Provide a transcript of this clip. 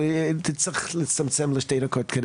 אבל תצטרך להצטמצם לשתי דקות.